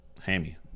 hammy